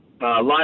live